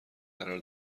قرار